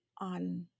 on